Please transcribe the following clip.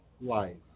life